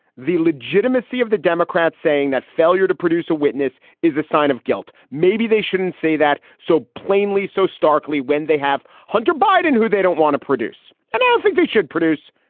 the legitimacy of the democrats saying that failure to produce a witness is a sign of guilt. maybe they shouldn't say that so plainly, so starkly when they have hunter biden, who they don't want to produce. and i don't think they should produce.